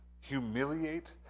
humiliate